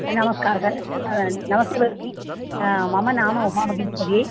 नमस्कारः नमस्ते भगिनि मम नाम उमा महेश्वरी